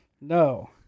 No